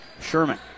Sherman